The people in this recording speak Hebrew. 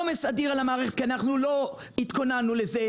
עומס אדיר על המערכת כי אנחנו לא התכוננו לזה.